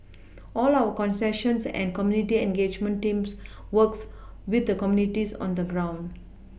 all our concessions and community engagement teams works with the communities on the ground